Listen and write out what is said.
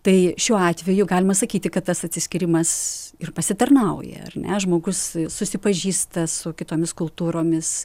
tai šiuo atveju galima sakyti kad tas atsiskyrimas ir pasitarnauja ar ne žmogus susipažįsta su kitomis kultūromis